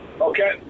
Okay